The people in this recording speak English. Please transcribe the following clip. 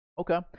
Okay